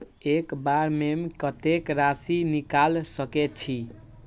एक बार में कतेक राशि निकाल सकेछी?